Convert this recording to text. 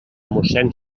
mossén